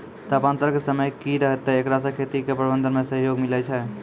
तापान्तर के समय की रहतै एकरा से खेती के प्रबंधन मे सहयोग मिलैय छैय?